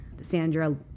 sandra